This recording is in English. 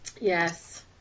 Yes